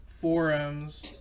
forums